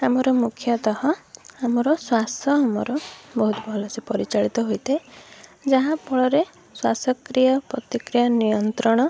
ଆମର ମୁଖ୍ୟତଃ ଆମର ଶ୍ଵାସ ଆମର ବହୁତ ଭଲସେ ପରିଚାଳିତ ହୋଇଥାଏ ଯାହା ଫଳରେ ଶ୍ଵାସକ୍ରିୟା ପ୍ରତିକ୍ରିୟା ନିୟନ୍ତ୍ରଣ